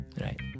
right